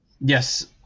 Yes